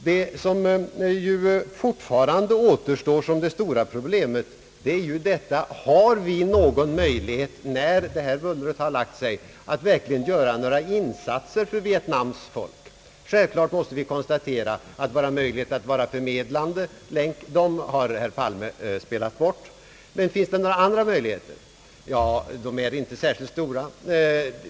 Det som fortfarande återstår som det stora problemet är: Har vi någon möjlighet när det här bullret har lagt sig att göra några insatser för Vietnams folk? Självklart måste jag konstatera att herr Palme nog spelat bort våra möjligheter att vara en förmedlande länk. Men finns det några andra möjligheter? Ja, de är inte särskilt stora.